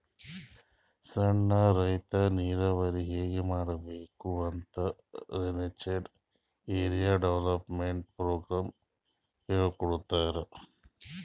ಸಣ್ಣ್ ರೈತರ್ ನೀರಾವರಿ ಹೆಂಗ್ ಮಾಡ್ಬೇಕ್ ಅಂತ್ ರೇನ್ಫೆಡ್ ಏರಿಯಾ ಡೆವಲಪ್ಮೆಂಟ್ ಪ್ರೋಗ್ರಾಮ್ ಹೇಳ್ಕೊಡ್ತಾದ್